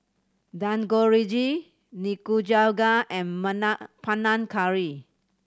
Dangojiru Nikujaga and Panang Curry